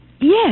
Yes